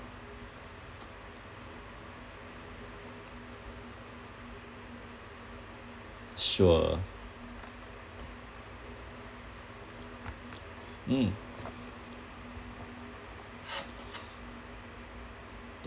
sure mm